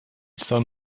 son